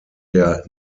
der